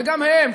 וגם הם,